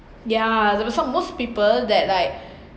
yeah there was some most people that like